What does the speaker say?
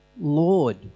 Lord